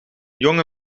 jonge